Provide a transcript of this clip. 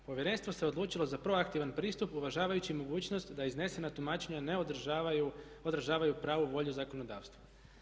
Povjerenstvo se odlučilo sa proaktivan pristup uvažavajući mogućnost da iznesena tumačenja ne odražavaju pravu volju zakonodavstva.